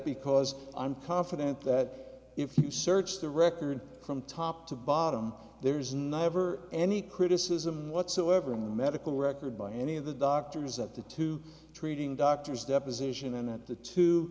because i'm confident that if you search the record from top to bottom there's never any criticism whatsoever in the medical record by any of the doctors at the two treating doctors deposition and that the two